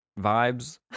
vibes